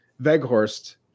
Veghorst